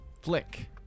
Flick